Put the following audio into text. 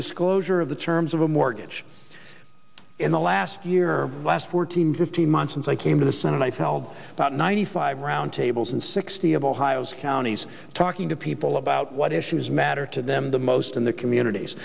disclosure of the terms of a mortgage in the last year last fourteen fifteen months since i came to the senate i tell'd about ninety five roundtables and sixty of ohio's counties talking to people about what issues matter to them the most in the communities